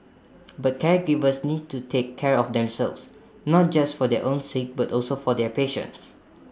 but caregivers need to take care of themselves not just for their own sake but also for their patients